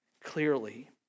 clearly